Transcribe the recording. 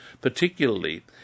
particularly